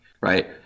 Right